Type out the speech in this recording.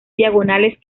diagonales